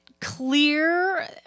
Clear